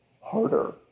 harder